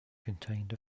contained